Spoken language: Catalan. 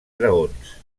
graons